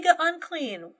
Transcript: unclean